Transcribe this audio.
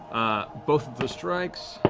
both of the strikes,